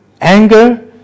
anger